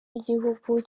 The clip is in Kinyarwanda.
y’igihugu